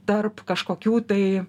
tarp kažkokių tai